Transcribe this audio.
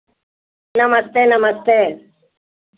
नमस्ते नमस्ते